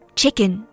Chicken